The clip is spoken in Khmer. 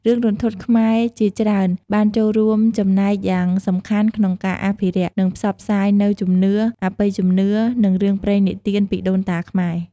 រឿងរន្ធត់ខ្មែរជាច្រើនបានចូលរួមចំណែកយ៉ាងសំខាន់ក្នុងការអភិរក្ស និងផ្សព្វផ្សាយនូវជំនឿ អបិយជំនឿ និងរឿងព្រេងនិទានពីដូនតាខ្មែរ។